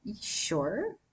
sure